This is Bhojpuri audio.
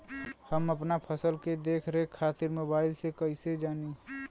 हम अपना फसल के देख रेख खातिर मोबाइल से कइसे जानी?